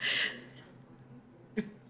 חסות הנוער.